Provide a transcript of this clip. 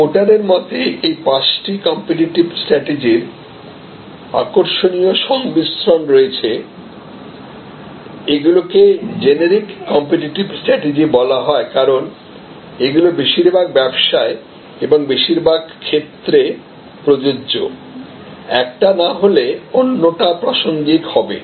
পোর্টারের মতে এই পাঁচটি কম্পিটিটিভ স্ট্রাটেজির আকর্ষণীয় সংমিশ্রণ রয়েছে এগুলিকে জেনেরিক কম্পিটিটিভ স্ট্রাটেজি বলা হয়কারণ এগুলি বেশিরভাগ ব্যবসায় এবং বেশিরভাগ ক্ষেত্রে প্রযোজ্য একটা না হলে অন্যটা প্রাসঙ্গিক হবে